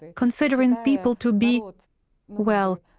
considering people to be, well,